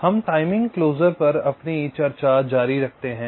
हम timing closure पर चर्चा जारी रखते हैं